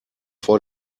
vor